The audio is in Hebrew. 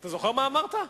אתה זוכר מה אמרת?